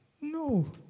no